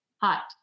Hot